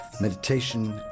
meditation